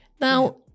Now